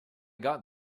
got